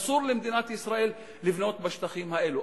אסור למדינת ישראל לבנות בשטחים האלה.